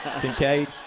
Kincaid